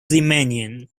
riemannian